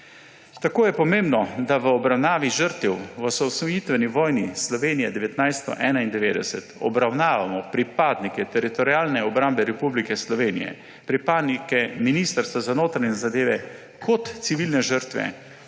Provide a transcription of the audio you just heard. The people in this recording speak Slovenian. Tako je pomembno, da v obravnavi žrtev v osamosvojitveni vojni Slovenije 1991 obravnavamo pripadnike Teritorialne obrambe Republike Slovenije, pripadnike Ministrstva za notranje zadeve, kot civilne žrtve